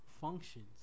functions